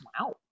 Wow